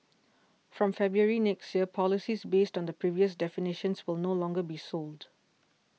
from February next year policies based on the previous definitions will no longer be sold